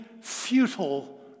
futile